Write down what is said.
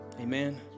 Amen